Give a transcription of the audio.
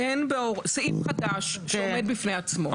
סעיף חדש שעומד בפני עצמו,